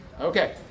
Okay